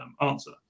answer